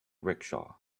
rickshaw